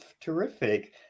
terrific